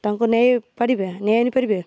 ତାଙ୍କୁ ନେଇ ପାରିବେ ନେଇ ଆଣି ପାରିବେ